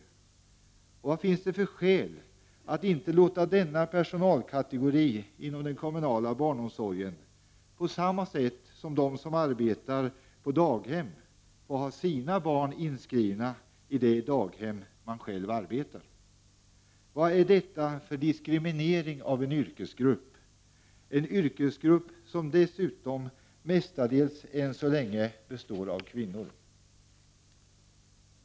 Och vad finns det för skäl att inte låta denna personalkategori inom den kommunala barnomsorgen, på samma sätt som de som arbetar på daghem, få ha sina barn inskrivna i det daghem där man själv arbetar? Vad är detta för diskriminering av en yrkesgrupp? Det är en yrkesgrupp som dessutom mestadels än så länge består av kvinnor.